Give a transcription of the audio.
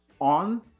on